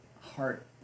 heart